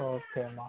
ஓகேம்மா